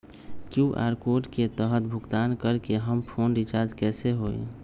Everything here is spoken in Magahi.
कियु.आर कोड के तहद भुगतान करके हम फोन रिचार्ज कैसे होई?